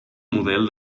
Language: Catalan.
model